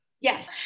Yes